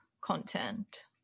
content